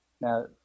Now